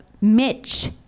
Mitch